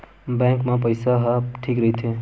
Bank मा पईसा ह ठीक राइथे?